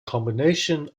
combination